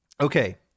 Okay